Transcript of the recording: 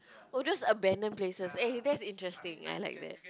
all those abandoned places eh that's interesting I like that